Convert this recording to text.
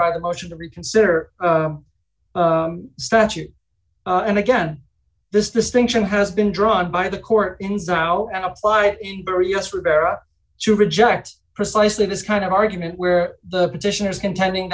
by the motion to reconsider the statute and again this distinction has been drawn by the court ins now and apply for us rivera to reject precisely this kind of argument where the petitioners contending